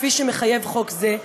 כפי שחוק זה מחייב,